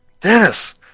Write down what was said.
Dennis